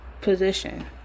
position